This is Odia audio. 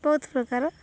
ବହୁତ ପ୍ରକାର